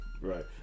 Right